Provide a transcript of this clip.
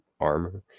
armor